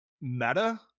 meta